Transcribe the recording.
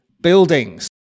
buildings